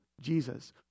Jesus